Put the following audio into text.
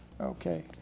Okay